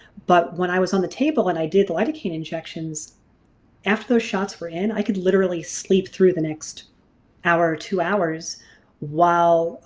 but when i was on the table and i did lidocaine injections after those shots were in i could literally sleep through the next hour two hours while